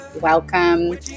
welcome